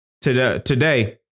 today